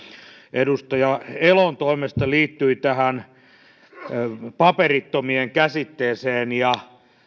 edustaja elon toimesta liittyi paperittomien käsitteeseen ja